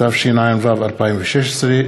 התשע"ו 2016,